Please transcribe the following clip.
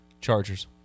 Chargers